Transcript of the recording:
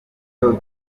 kivuga